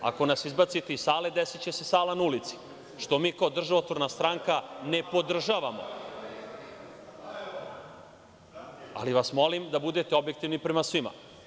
Ako nas izbacite iz sale desiće se sala na ulici, što mi kao državotvorna stranka ne podržavamo, ali vas molim da budete objektivni prema svima.